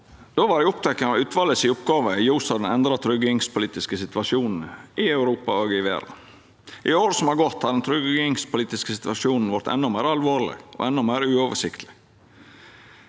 Då var eg oppteken av utvalet si oppgåve i ljos av den endra tryggingspolitiske situasjonen i Europa og i verda. I året som har gått, har den tryggingspolitiske situasjonen vorte endå meir alvorleg og endå meir uoversiktleg.